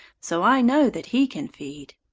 so i know that he can feed.